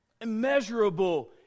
Immeasurable